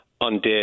undid